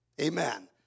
Amen